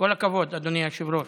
כל הכבוד, אדוני היושב-ראש.